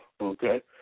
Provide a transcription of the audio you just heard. Okay